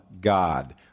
God